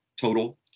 total